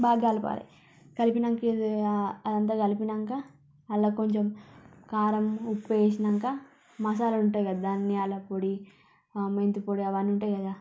బాగా కలపాలి కలిపినాక ఇది అదంతా కలిపినాక అలా కొంచెం కారము ఉప్పు వేసినాంక మసాలాలుంటాయి కదా ధనియాల పొడి మెంతిపొడి అవన్నీ ఉంటాయి కదా